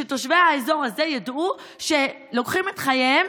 שתושבי האזור הזה ידעו שלוקחים את חייהם,